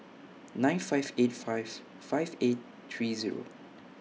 nine five eight five five eight three Zero